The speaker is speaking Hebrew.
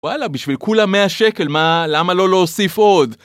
וואלה בשביל כולה 100 שקל מה למה לא להוסיף עוד